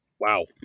Wow